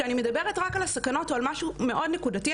שאני מדברת רק על הסכנות או על משהו מאוד נקודתי,